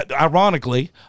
ironically